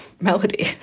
melody